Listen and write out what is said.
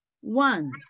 one